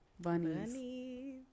Bunnies